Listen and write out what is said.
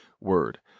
word